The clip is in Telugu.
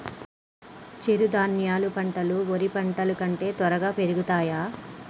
చిరుధాన్యాలు పంటలు వరి పంటలు కంటే త్వరగా పెరుగుతయా?